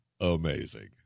amazing